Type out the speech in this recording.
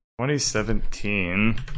2017